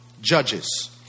Judges